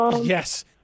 Yes